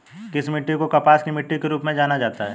किस मिट्टी को कपास की मिट्टी के रूप में जाना जाता है?